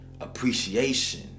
appreciation